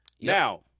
Now